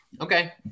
Okay